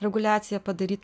reguliaciją padaryt